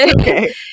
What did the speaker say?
Okay